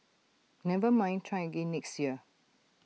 never mind try again next year